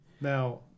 Now